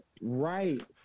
right